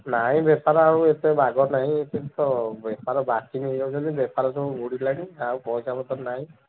ନାଇଁ ବେପାର ଆଉ ଏତେ ବାଗ ନାଇଁ ଏତେ ତ ବେପାର ବାକି ନେଇଯାଉଛନ୍ତି ବେପାର ସବୁ ବୁଡ଼ିଲାଣି ଆଉ ପଇସାପତର ନାହିଁ